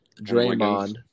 Draymond